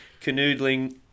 canoodling